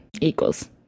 equals